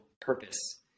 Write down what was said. purpose